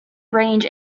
range